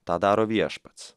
tą daro viešpats